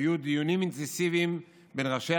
היו דיונים אינטנסיביים בין ראשי